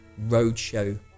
roadshow